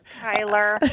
Tyler